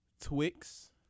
Twix